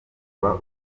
uba